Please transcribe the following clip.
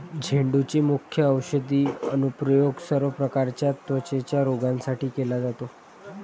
झेंडूचे मुख्य औषधी अनुप्रयोग सर्व प्रकारच्या त्वचेच्या रोगांसाठी केला जातो